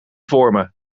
vormen